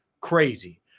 crazy